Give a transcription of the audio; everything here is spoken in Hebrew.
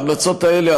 ההמלצות האלה,